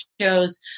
shows